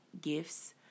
gifts